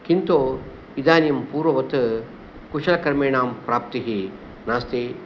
किन्तु इदानीं पूर्ववत् कुशलकर्मिणां प्राप्तिः नस्ति